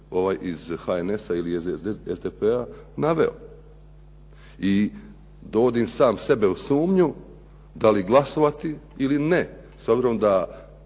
iz HNS-a ili SDP-a naveo. I dovodim sam sebe u sumnju da li glasovati ili ne. s obzirom da